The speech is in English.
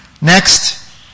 Next